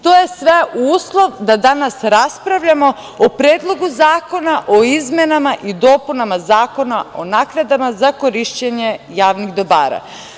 To je sve uslov da danas raspravljamo o Predlogu zakona o izmenama i dopunama Zakona o naknadama za korišćenje javnih dobara.